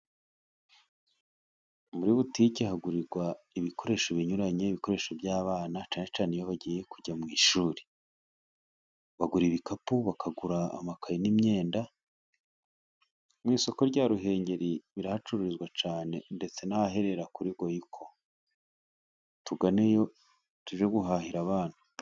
Muri butike hagurirwa ibikoresho binyuranye n ibikoresho by'abana cyane cyane iyo bagiye kujya mu ishuri bagura ibikapu bakagura amakaye n'imyenda mu isoko rya Ruhengeri birahacuruzwa ndetse n'ahahera kuri goyiko tujyanyo tuje guhahira abana.